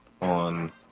on